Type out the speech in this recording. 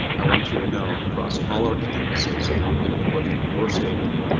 i want you to know across all our campuses, we have been looking at your safety,